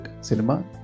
Cinema